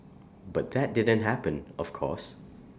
but that didn't happen of course